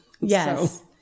Yes